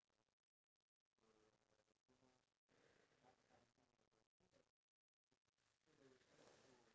so in that programme right it can be like a reality T_V show so what I would plan to do is